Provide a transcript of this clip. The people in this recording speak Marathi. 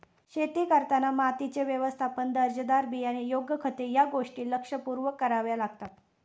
शेती करताना मातीचे व्यवस्थापन, दर्जेदार बियाणे, योग्य खते या गोष्टी लक्षपूर्वक कराव्या लागतात